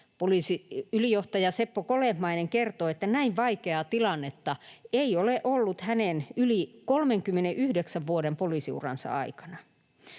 Poliisiylijohtaja Seppo Kolehmainen kertoo, että näin vaikeaa tilannetta ei ole ollut hänen yli 39 vuoden poliisiuransa aikana.